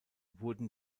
wurden